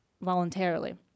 voluntarily